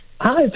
Hi